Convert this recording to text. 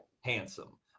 handsome